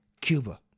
Cuba